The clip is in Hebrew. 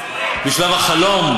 בשלב החלום?